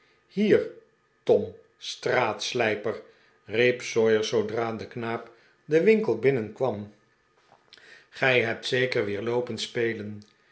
hier tom straatslijper riep sawyer zoodra de knaap den winkel binnenkwam gij hebt zeker weer loopen spelen